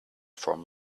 from